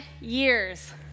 years